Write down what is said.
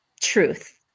truth